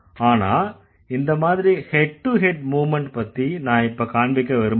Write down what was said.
ஆனா இந்த மாதிரி ஹெட் டூ ஹெட் மூவ்மெண்ட் பத்தி நான் இப்ப காண்பிக்க விரும்பல